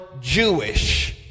Jewish